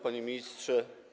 Panie Ministrze!